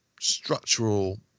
structural